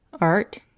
Art